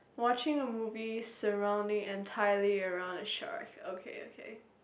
watching a movie surrounding entirely around the shark okay okay